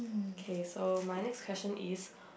okay so my next question is